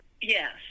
Yes